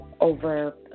over